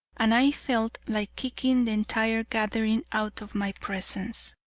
and i felt like kicking the entire gathering out of my presence.